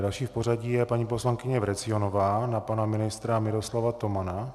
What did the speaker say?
Další v pořadí je paní poslankyně Vrecionová na pana ministra Miroslava Tomana.